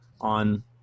on